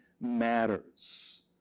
matters